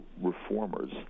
reformers